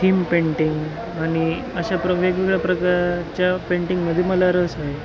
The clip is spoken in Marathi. थीम पेंटिंग आणि अशा प्र वेगवेगळ्या प्रकारच्या पेंटिंगमध्ये मला रस आहे